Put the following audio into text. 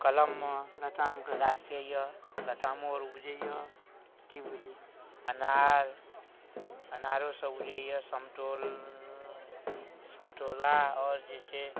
कलममे लतामके गाछ से अइ लतामो आओर उपजैए कि बुझलिए अनार अनारोसब उपजैए सम्तो समतोला आओर जे छै